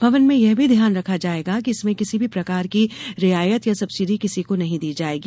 भवन में यह भी ध्यान रखा जायेगा कि इसमें किसी भी प्रकार की रियायत या सब्सिडी किसी को नहीं दी जायेगी